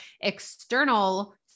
external